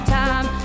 time